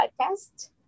podcast